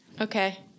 Okay